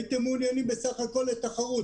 הייתם מעוניינים סך הכל בתחרות.